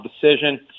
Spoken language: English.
decision